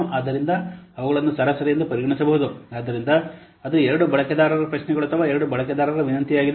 ಆದ್ದರಿಂದ ಅವುಗಳನ್ನು ಸರಾಸರಿ ಎಂದು ಪರಿಗಣಿಸಬಹುದು ಆದ್ದರಿಂದ ಅದು 2 ಬಳಕೆದಾರರ ಪ್ರಶ್ನೆಗಳು ಅಥವಾ 2 ಬಳಕೆದಾರರ ವಿನಂತಿಯಾಗಿದೆ